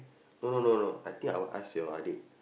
no no no no I think I will ask your adik